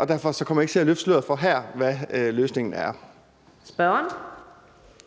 og derfor kommer jeg ikke til her at løfte sløret for, hvad løsningen er.